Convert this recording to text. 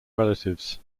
relatives